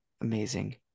amazing